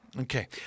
Okay